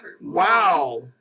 Wow